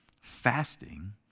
Fasting